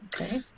Okay